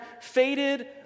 faded